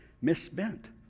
misspent